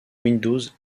windows